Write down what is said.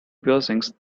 piercings